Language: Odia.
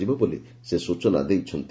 କରାଯିବ ବୋଲି ସେ ସ୍ଟଚନା ଦେଇଛନ୍ତି